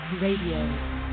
RADIO